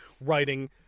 writing